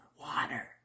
water